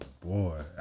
Boy